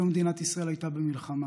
היום מדינת ישראל הייתה במלחמה.